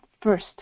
first